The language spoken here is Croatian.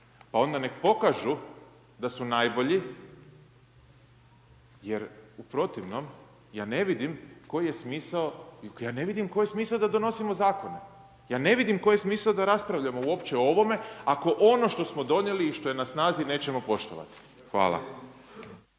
Pa onda nek pokažu da su najbolji jer u protivnom ja ne vidim koji je smisao, ja ne vidim koji je smisao da donosimo zakone. Ja ne vidim koji je smisao da raspravljamo uopće o ovome ako ono što smo donijeli i što je na snazi nećemo poštovati. Hvala.